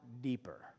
deeper